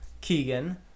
Keegan